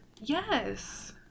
Yes